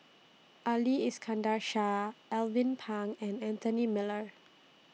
Ali Iskandar Shah Alvin Pang and Anthony Miller